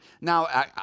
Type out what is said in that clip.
Now